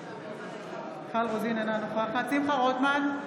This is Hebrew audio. אינה נוכחת שמחה רוטמן,